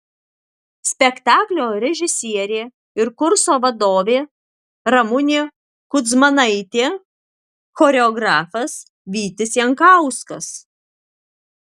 spektaklio režisierė ir kurso vadovė ramunė kudzmanaitė choreografas vytis jankauskas